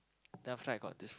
then after that I got this